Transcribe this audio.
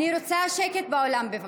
אני רוצה שקט באולם, בבקשה.